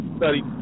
study